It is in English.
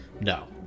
No